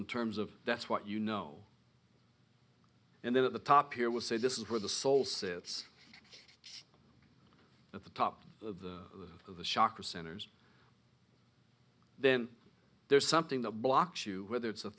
in terms of that's what you know and then at the top here would say this is where the soul sits at the top of the of the shocker centers then there's something that blocks you whether it's a